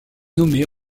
nommée